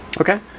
Okay